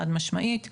חד משמעית.